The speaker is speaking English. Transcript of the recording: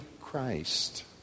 Christ